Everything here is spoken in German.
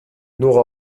nur